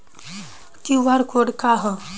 QR code का ह?